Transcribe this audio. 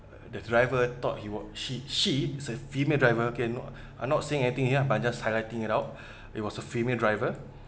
the driver thought he was she she is a female driver okay not I'm not saying anything ya I just highlighting it out it was a female driver